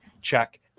check